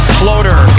floater